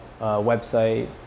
website